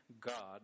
God